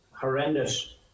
horrendous